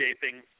shaping